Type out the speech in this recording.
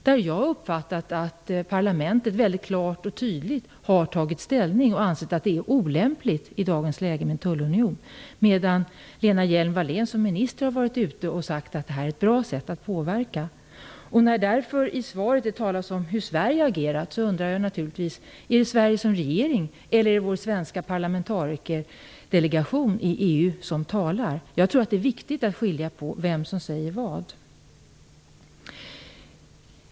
Jag har uppfattat att parlamentet mycket klart och tydligt har tagit ställning och ansett att det i dagens läge är olämpligt med en tullunion. Men Lena Hjelm Wallén har varit ute som minister och sagt att detta är ett bra sätt att påverka. När det därför i svaret talas om hur Sverige har agerat undrar jag naturligtvis om det är Sverige som regering eller vår svenska parlamentarikerdelegation i EU som talar. Jag tror att det är viktigt att skilja på vem som säger vad.